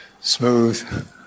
smooth